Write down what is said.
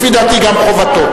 לפי דעתי גם חובתו,